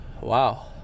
Wow